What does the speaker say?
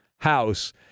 house